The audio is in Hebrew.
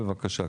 בבקשה,